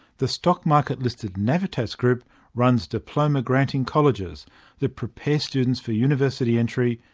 the stock-market-listed navitas group runs diploma-granting colleges that prepare students for university entry,